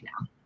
now